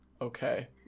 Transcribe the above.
Okay